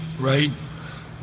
right